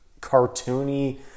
cartoony